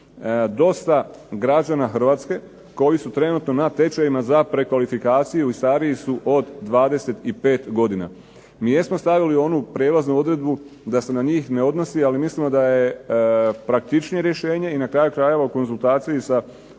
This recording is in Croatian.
dosta građana Hrvatske koji su trenutno na tečajevima za prekvalifikaciju i stariji su od 25 godina. MI jesmo stavili onu prijelaznu odredbu da se na njih ne odnosi ali mislimo da je praktičnije rješenje i na kraju krajeva u konzultaciji sa Udrugom